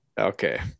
Okay